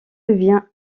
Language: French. devient